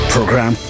Program